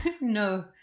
No